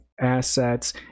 assets